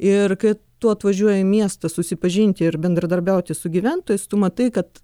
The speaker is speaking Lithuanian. ir kai tu atvažiuoji į miestą susipažinti ir bendradarbiauti su gyventojais tu matai kad